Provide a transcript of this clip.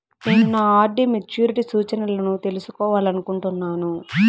నేను నా RD maturity సూచనలను తెలుసుకోవాలనుకుంటున్నాను